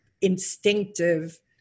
instinctive